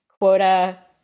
quota